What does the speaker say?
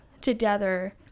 together